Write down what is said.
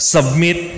Submit